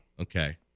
okay